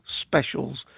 specials